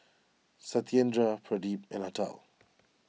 Satyendra Pradip and Atal